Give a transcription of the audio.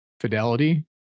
fidelity